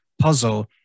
puzzle